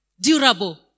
durable